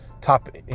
Top